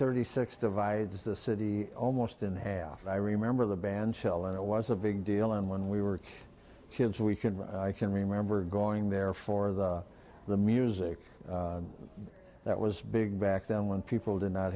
thirty six divides the city almost in half i remember the band shell and it was a big deal and when we were kids we can i can remember going there for the the music that was big back then when people did not